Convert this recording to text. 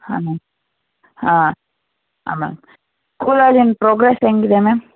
ಹಾಂ ಮ್ಯಾಮ್ ಹಾಂ ಹಾಂ ಮ್ಯಾಮ್ ಸ್ಕೂಲಲ್ಲಿ ಇವ್ನ ಪ್ರೋಗ್ರೆಸ್ ಹೆಂಗಿದೆ ಮ್ಯಾಮ್